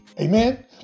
Amen